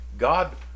God